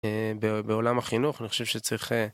אה... ב-בעולם החינוך, אני חושב שצריך אה...